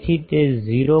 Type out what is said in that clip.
તેથી તે 0